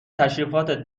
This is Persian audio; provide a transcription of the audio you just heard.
تشریفاتت